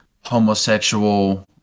homosexual